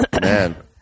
Man